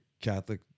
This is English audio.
Catholic